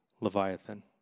leviathan